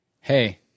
Hey